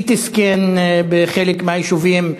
CT scan בחלק מהיישובים,